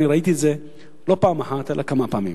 ראיתי את זה לא פעם אחת אלא כמה פעמים.